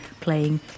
playing